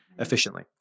Efficiently